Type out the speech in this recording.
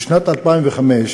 דברים קשים אולי למשמע לחלק מכם.